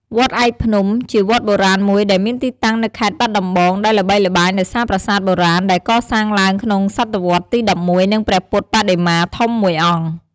វត្តឯកភ្នំ ជាវត្តបុរាណមួយដែលមានទីតាំងនៅខេត្តបាត់ដំបង ដែលល្បីល្បាញដោយសារប្រាសាទបុរាណដែលកសាងឡើងក្នុងសតវត្សរ៍ទី១១ និងព្រះពុទ្ធបដិមាធំមួយអង្គ។